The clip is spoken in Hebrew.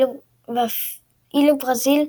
ואילו ברזיל,